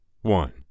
one